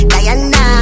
Diana